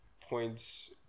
points